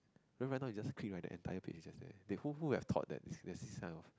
right now its just click right the entire page is just there who who would have thought that that there is this kind of